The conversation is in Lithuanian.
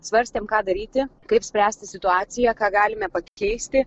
svarstėm ką daryti kaip spręsti situaciją ką galime pakeisti